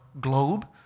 globe